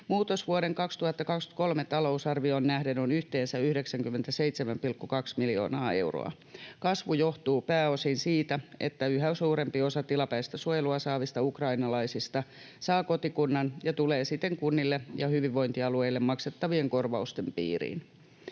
Muutos vuoden 2023 talousarvioon nähden on yhteensä 97,2 miljoonaa euroa. Kasvu johtuu pääosin siitä, että yhä suurempi osa tilapäistä suojelua saavista ukrainalaisista saa kotikunnan ja tulee siten kunnille ja hyvinvointialueille maksettavien korvausten piiriin.